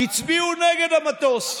הצביעו נגד המטוס.